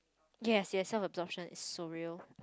yes yes self absorption is so real